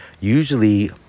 Usually